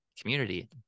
community